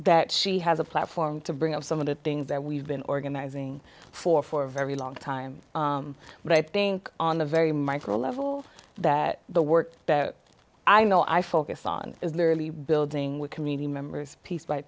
that she has a platform to bring up some of the things that we've been organizing for for a very long time but i think on a very micro level that the work i know i focus on is literally building community members piece by